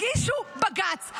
הגישו בג"ץ.